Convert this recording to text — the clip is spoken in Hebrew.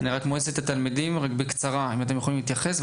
רק מועצת התלמידים אם אתם יכולים להתייחס בקצרה,